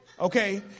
Okay